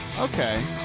Okay